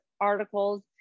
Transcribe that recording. articles